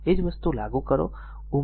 એ જ વસ્તુ લાગુ કરો